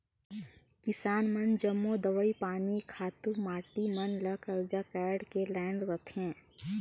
किसान मन जम्मो दवई पानी, खातू माटी मन ल करजा काएढ़ के लाएन रहथें